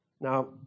Now